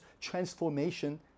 transformation